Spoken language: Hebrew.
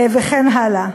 וכן הלאה,